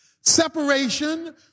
Separation